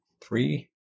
three